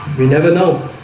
we never know